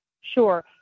sure